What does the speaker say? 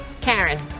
Karen